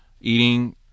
eating